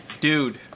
Dude